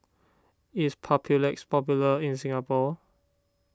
is Papulex popular in Singapore